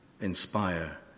inspire